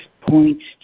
points